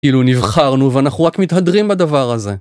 כאילו נבחרנו ואנחנו רק מתהדרים בדבר הזה